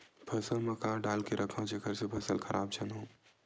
फसल म का डाल के रखव जेखर से फसल खराब झन हो?